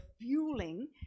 fueling